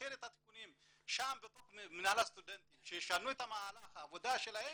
ולתקן את הליקויים שם בתוך מינהל הסטודנטים שישנו את מהלך העבודה שלהם,